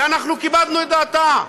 ואנחנו כיבדנו את דעתה,